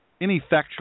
ineffectual